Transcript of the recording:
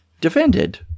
defended